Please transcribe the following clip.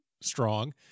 strong